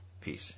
Peace